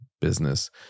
business